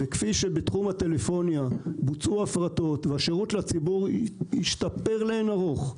כפי שבתחום הטלפוניה בוצעו הפרטות והשירות לציבור השתפר לאין ערוך,